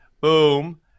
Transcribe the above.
Boom